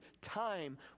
time